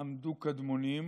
עמדו קדמונים,